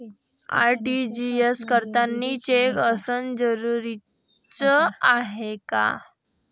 RTGS करतांनी cheque असनं जरुरीच हाय का?